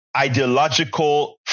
ideological